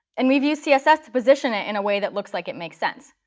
and we've used css to position it in a way that looks like it makes sense.